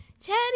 Teddy